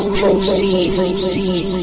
proceed